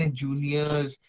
juniors